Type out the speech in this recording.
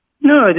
No